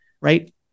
right